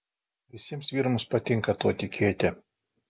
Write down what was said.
visiems vyrams patinka tuo tikėti